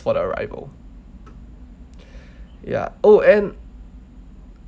for the arrival ya oh and